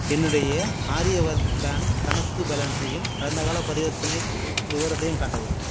என்னுடைய ஆரியவர்த் பேங்க் கணக்கு பேலன்ஸையும் கடந்தகால பரிவர்த்தனை விவரத்தையும் காட்டவும்